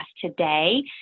today